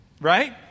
right